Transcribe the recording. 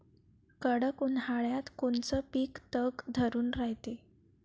कडक उन्हाळ्यात कोनचं पिकं तग धरून रायते?